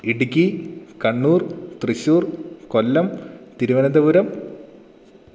Idukki Kannur Thrissur Kollam Thiruvananthapuram